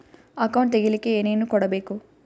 Account ತೆಗಿಲಿಕ್ಕೆ ಏನೇನು ಕೊಡಬೇಕು?